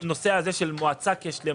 אני מדבר על הנושא הזה של המועצה כשלמה.